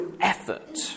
effort